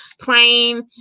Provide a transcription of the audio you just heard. plain